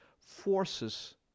forces